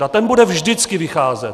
A ten bude vždycky vycházet.